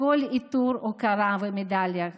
כל עיטור הוקרה ומדליה,